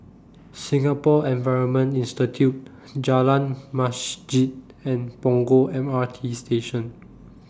Singapore Environment Institute Jalan Masjid and Punggol M R T Station